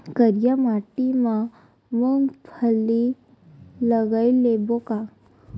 करिया माटी मा मूंग फल्ली लगय लेबों का?